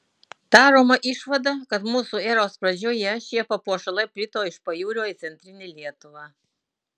daroma išvada kad mūsų eros pradžioje šie papuošalai plito iš pajūrio į centrinę lietuvą